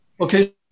Okay